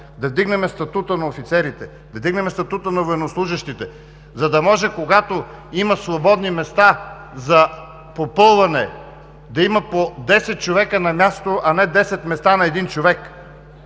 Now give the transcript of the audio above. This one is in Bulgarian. да вдигнем статута на офицерите, да вдигнем статута на военнослужещите, за да може, когато има свободни места за попълване, да има по десет човека на място, а не десет места на един човек?